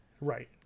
Right